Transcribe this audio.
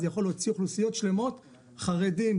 זה יכול להוציא אוכלוסיות שלמות חרדים,